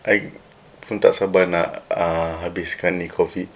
I pun tak sabar nak uh habiskan ini COVID